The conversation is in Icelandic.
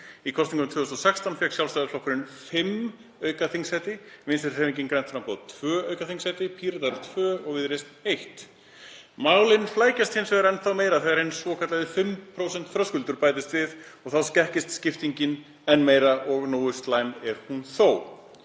Í kosningum 2016 fékk Sjálfstæðisflokkurinn fimm auka þingsæti, Vinstrihreyfingin – grænt framboð tvö aukaþingsæti, Píratar tvö og Viðreisn eitt. Málin flækjast hins vegar enn meira þegar hinn svokallaði 5% þröskuldur bætist við. Þá skekkist skiptingin enn meira og nógu slæm er hún þó.